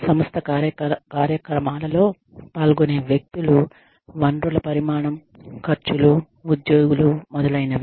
సంస్థ కార్యక్రమాలలో పాల్గొనే వ్యక్తులు వనరుల పరిమాణం ఖర్చులు ఉద్యోగులు మొదలైనవి